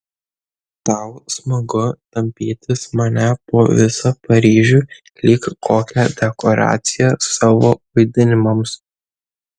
tau smagu tampytis mane po visą paryžių lyg kokią dekoraciją savo vaidinimams